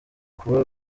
kuba